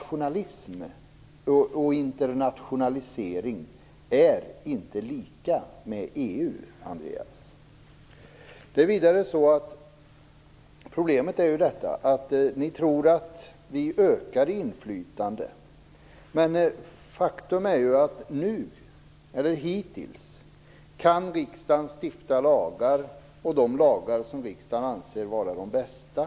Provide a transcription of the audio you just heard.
Internationalisering är inte liktydig med att gå med i EU, Andreas Carlgren. Ni tror vidare att vi nu ökar vårt inflytande, men faktum är ju att riksdagen hittills har kunnat stifta de lagar som den ansett vara de bästa.